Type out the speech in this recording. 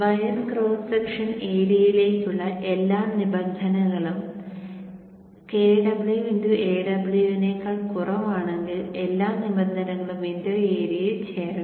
wire cross section ഏരിയയിലേക്കുള്ള എല്ലാ നിബന്ധനകളും kwAw നേക്കാൾ കുറവാണെങ്കിൽ എല്ലാ നിബന്ധനകളും വിൻഡോ ഏരിയയിൽ ചേരണം